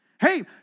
Hey